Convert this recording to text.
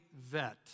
vet